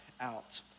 out